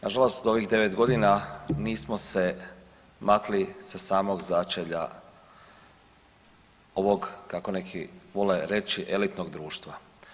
Nažalost ovih 9 godina nismo se makli sa samog začelja ovog, kako neki vole reći, elitnog društva.